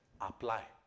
Apply